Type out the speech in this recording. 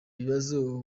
bibazo